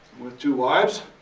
with two wives.